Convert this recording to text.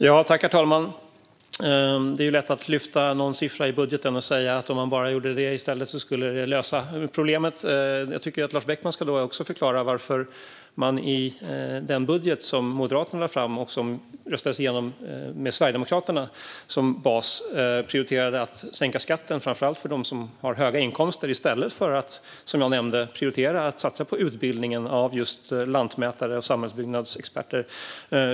Herr talman! Det är lätt att lyfta fram en siffra i budgeten och säga att om man bara gjorde det i stället skulle det lösa problemet. Då tycker jag att Lars Beckman ska förklara varför Moderaterna i den budget som de lade fram, och som röstades igenom med hjälp av Sverigedemokraterna, prioriterade att sänka skatten framför allt för dem som har höga inkomster i stället för att, som jag nämnde, prioritera att satsa på utbildningen av just lantmätare och samhällsbyggnadsexperter.